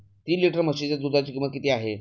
तीन लिटर म्हशीच्या दुधाची किंमत किती आहे?